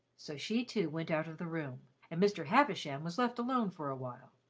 so she, too, went out of the room and mr. havisham was left alone for a while.